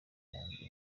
yanjye